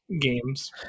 games